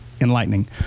enlightening